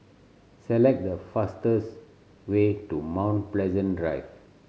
select the fastest way to Mount Pleasant Drive